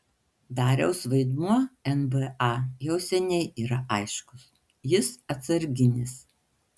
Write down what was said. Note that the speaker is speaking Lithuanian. dariaus vaidmuo nba jau seniai yra aiškus jis atsarginis